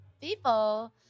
people